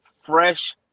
fresh